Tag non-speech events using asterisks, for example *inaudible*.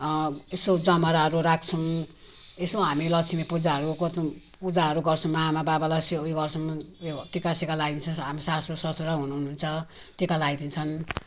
यसो जमराहरू राख्छौँ यसो हामी लक्ष्मी पूजाहरू *unintelligible* पूजाहरू गर्छौँ आमाबाबालाई से उयो गर्छौँ उयो टिकासिका लगाइदिन्छ हाम्रो सासूससुरा हुनु हुनुहुन्छ टिका लगाइदिन्छन्